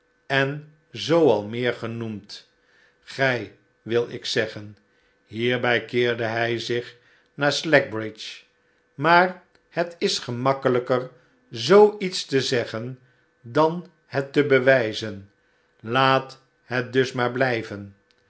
en zoo al meer genoemd gij wil ik zeggen hierbij keerde hij zich naar slackbridge maar het is gemakkeiijker zoo iets ze zeggen dan het te bewijzen laat het dus maar blijven